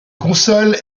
consoles